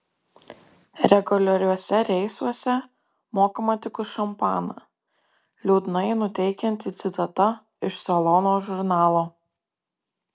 reguliariuose reisuose mokama tik už šampaną liūdnai nuteikianti citata iš salono žurnalo